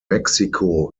mexico